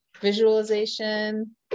visualization